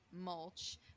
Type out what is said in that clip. mulch